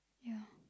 yeah